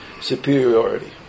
superiority